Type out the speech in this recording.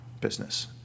business